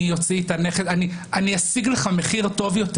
אני אשיג לך מחיר טוב יותר.